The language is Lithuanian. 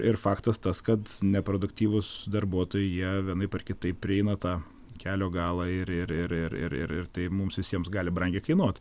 ir faktas tas kad neproduktyvūs darbuotojai jie vienaip ar kitaip prieina tą kelio galą ir ir ir ir ir ir tai mums visiems gali brangiai kainuot